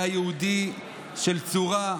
היה יהודי של צורה,